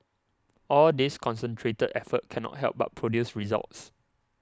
all this concentrated effort cannot help but produce results